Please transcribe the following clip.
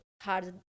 hard